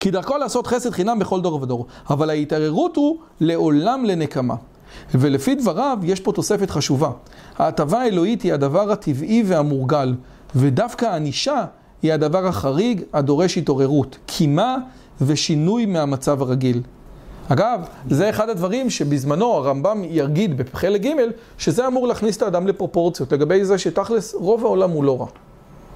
כי דרכו לעשות חסד חינם בכל דור ודור. אבל ההתעררות הוא לעולם לנקמה. ולפי דבריו יש פה תוספת חשובה. ההטבה האלוהית היא הדבר הטבעי והמורגל. ודווקא הענישה היא הדבר החריג הדורש התעוררות, קימה ושינוי מהמצב הרגיל. אגב, זה אחד הדברים שבזמנו הרמב״ם יגיד בחלק ג' שזה אמור להכניס את האדם לפרופורציות. לגבי זה שתכלס רוב העולם הוא לא רע.